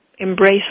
embrace